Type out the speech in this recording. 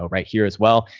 ah right here as well.